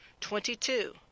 Twenty-two